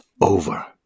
over